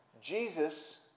Jesus